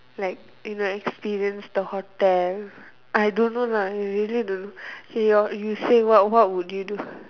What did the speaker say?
like you know experience the hotel I don't know lah I really don't know your you say what what would you do